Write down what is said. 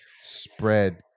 spread